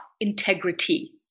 integrity